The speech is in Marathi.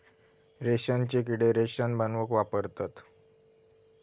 रेशमचे किडे रेशम बनवूक वापरतत